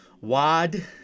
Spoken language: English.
Wad